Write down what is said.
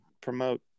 promote